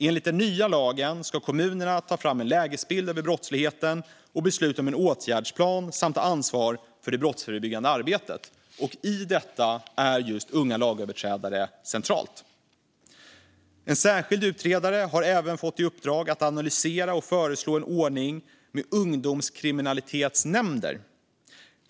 Enligt den nya lagen ska kommunerna ta fram en lägesbild över brottsligheten och besluta om en åtgärdsplan samt ta ansvar för det brottsförebyggande arbetet. I detta sammanhang är just unga lagöverträdare en central aspekt. En särskild utredare har även fått i uppdrag att analysera och föreslå en ordning med ungdomskriminalitetsnämnder.